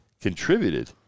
contributed